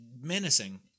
menacing